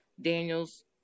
Daniels